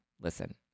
Listen